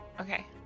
Okay